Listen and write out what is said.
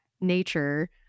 nature